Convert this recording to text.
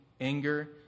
anger